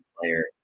player